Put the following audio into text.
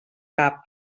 cap